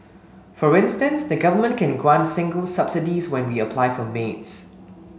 for instance the Government can grant singles subsidies when we apply for maids